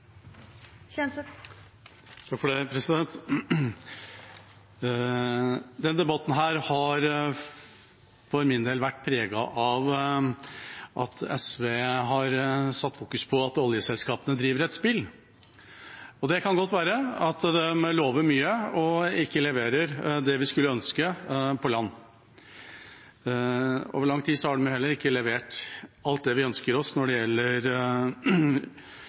debatten har for min del vært preget av at SV har fokusert på at oljeselskapene driver et spill. Det kan godt være at de lover mye og ikke leverer det vi skulle ønske, på land. Over lang tid har de jo heller ikke levert alt det vi ønsker oss når det gjelder